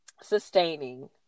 Sustaining